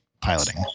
piloting